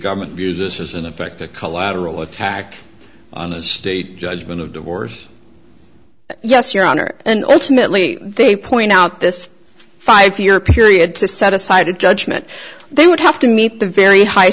government view this is in effect a collateral attack on the state judgment of divorce yes your honor and ultimately they point out this five year period to set aside judgment they would have to meet the very high